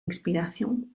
inspiración